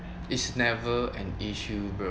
is never an issue bro